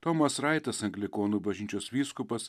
tomas raitas anglikonų bažnyčios vyskupas